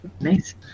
Nice